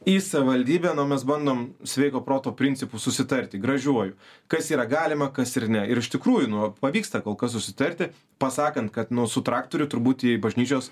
į savivaldybę na mes bandom sveiko proto principus susitarti gražiuoju kas yra galima kas ir ne ir iš tikrųjų nu pavyksta kol kas susitarti pasakant kad nu su traktorių turbūtį bažnyčios